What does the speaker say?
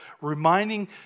Reminding